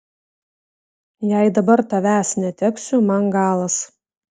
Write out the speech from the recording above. jei dabar tavęs neteksiu man galas